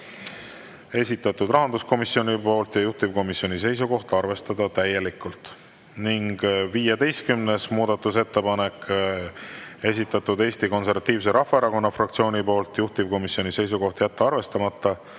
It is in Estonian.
esitatud rahanduskomisjoni poolt ja juhtivkomisjoni seisukoht on arvestada täielikult. Ning 15. muudatusettepanek, esitatud Eesti Konservatiivse Rahvaerakonna fraktsiooni poolt, juhtivkomisjoni seisukoht on jätta arvestamata.